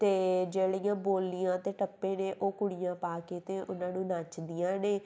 ਅਤੇ ਜਿਹੜੀਆਂ ਬੋਲੀਆਂ ਅਤੇ ਟੱਪੇ ਨੇ ਉਹ ਕੁੜੀਆਂ ਪਾ ਕੇ ਅਤੇ ਉਹਨਾਂ ਨੂੰ ਨੱਚਦੀਆਂ ਨੇ